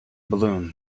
balloon